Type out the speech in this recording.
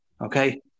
okay